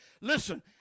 Listen